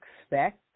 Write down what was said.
expect